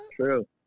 True